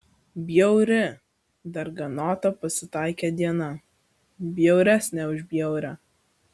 bjauri darganota pasitaikė diena bjauresnė už bjaurią